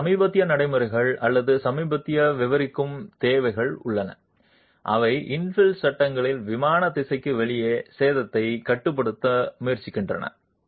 சில சமீபத்திய நடைமுறைகள் அல்லது சமீபத்திய விவரிக்கும் தேவைகள் உள்ளன அவை இன்ஃபில் சட்டங்களில் விமான திசைக்கு வெளியே சேதத்தை கட்டுப்படுத்த முயற்சிக்கின்றன